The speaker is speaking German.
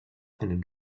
einen